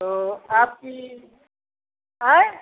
तो आपकी अऍं